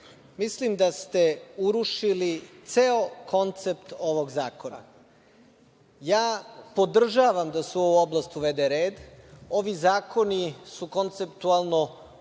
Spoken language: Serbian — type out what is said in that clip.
mislim da ste urušili ceo koncept ovog zakona. Podržavam da se u ovu oblast uvede red. Ovi zakoni su konceptualno bolji